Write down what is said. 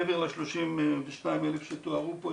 מעבר ל-32,000 שתוארו פה,